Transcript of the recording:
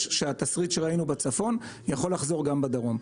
שהתסריט שראינו בצפון יכול לחזור גם בדרום.